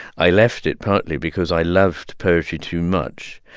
i left it partly because i loved poetry too much.